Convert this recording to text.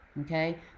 Okay